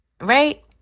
right